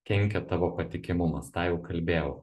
kenkia tavo patikimumas tą jau kalbėjau